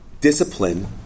discipline